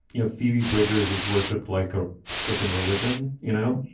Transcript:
you know, phoebe bridgers is worshipped like a frickin religion. you know,